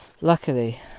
Luckily